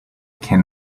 can